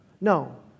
No